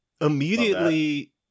immediately